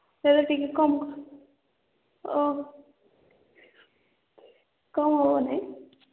ସେଗୁଡ଼ା ଟିକେ କମ୍ ଓ କମ୍ ହେବ ନାଇଁ